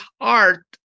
art